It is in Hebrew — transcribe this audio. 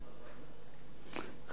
חמש דקות עומדות לרשותך,